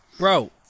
Bro